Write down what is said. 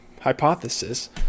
hypothesis